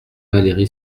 valery